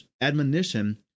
admonition